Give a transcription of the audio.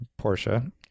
Porsche